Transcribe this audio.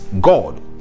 God